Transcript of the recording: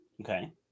Okay